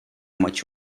maçı